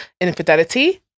infidelity